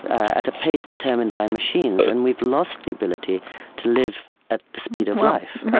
at a pace determined by machines, and we've lost the ability to live at the speed of life right.